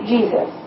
Jesus